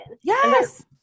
Yes